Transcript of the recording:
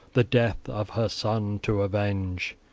the death of her son to avenge.